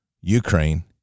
Ukraine